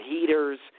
heaters